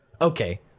Okay